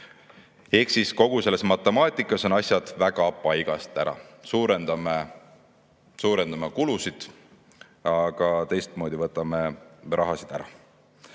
Ehk kogu selles matemaatikas on asjad väga paigast ära. Suurendame kulusid, aga teistpidi võtame raha ära.